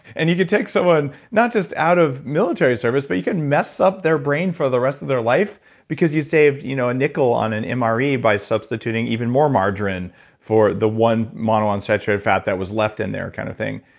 and you could take someone not just out of military service but you can mess up their brain for the rest of their life because you saved you know a nickel on an um mre by substituting even more margarine for the one monounsaturated fat that was left in there kind of thing.